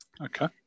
Okay